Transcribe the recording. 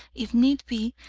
if need be,